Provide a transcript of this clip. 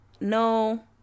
No